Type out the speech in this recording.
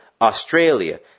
Australia